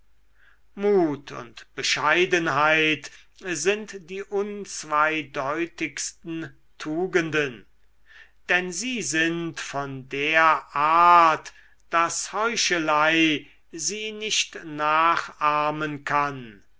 mut und bescheidenheit sind die unzweideutigsten tugenden denn sie sind von der art daß heuchelei sie nicht nachahmen kann